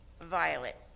Violet